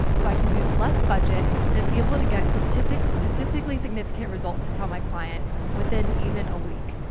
so i can use less budget and be able to get statistically statistically significant results to tell my client within even a week.